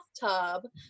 bathtub